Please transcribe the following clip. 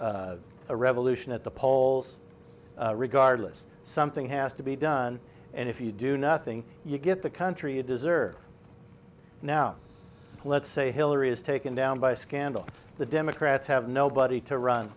or a revolution at the polls regardless something has to be done and if you do nothing you get the country you deserve now let's say hillary is taken down by scandal the democrats have nobody to run